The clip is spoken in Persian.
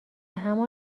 همان